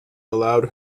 allowed